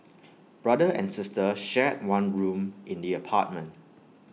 brother and sister shared one room in the apartment